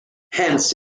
hence